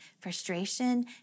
frustration